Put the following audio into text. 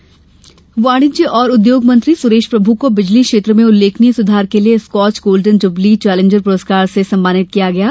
प्रभु पुरस्कार वाणिज्य और उद्योग मंत्री सुरेश प्रभु को बिजली क्षेत्र में उल्लेखनीय सुधार के लिये स्कॉच गोल्डन जुबली चेलेंजर पुरस्कार से सम्मानित किया गया है